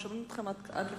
שומעים אתכם עד כאן.